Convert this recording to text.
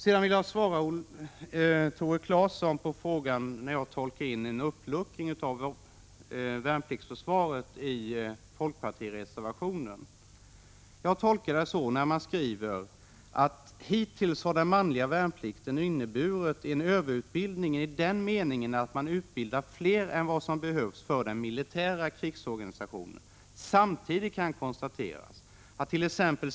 Sedan vill jag svara Tore Claeson på frågan hur jag kan tolka in en uppluckring av värnpliktsförsvaret i folkpartireservationen. Man skriver i reservationen: ”Hittills har den manliga värnplikten inneburit en överutbildning i den meningen att man har utbildat fler än vad som behövts för den militära krigsorganisationen. Samtidigt kan konstateras attt.ex.